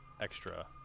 extra